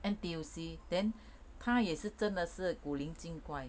N_T_U_C then 她也是真的是古灵精怪